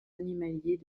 animaliers